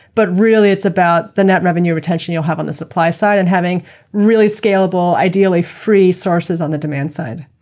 but really it's about the net revenue retention you have on the supply side and having really scalable, ideally free sources on the demand side.